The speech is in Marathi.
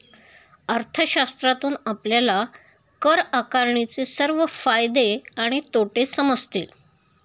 अर्थशास्त्रातून आपल्याला कर आकारणीचे सर्व फायदे आणि तोटे समजतील